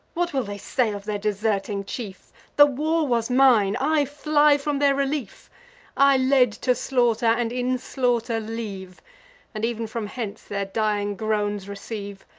what will they say of their deserting chief the war was mine i fly from their relief i led to slaughter, and in slaughter leave and ev'n from hence their dying groans receive.